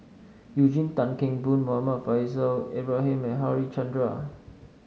Eugene Tan Kheng Boon Muhammad Faishal Ibrahim and Harichandra